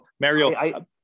Mario